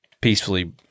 peacefully